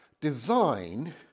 design